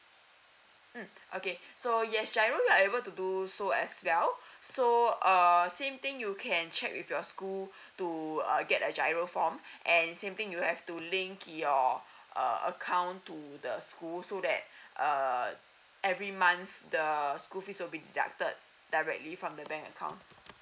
mm okay so yes GIRO we are able to do so as well so uh same thing you can check with your school to uh get a GIRO form and same thing you have to link your uh account to the school so that err every month the school fees will be deducted directly from the bank account